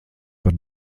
par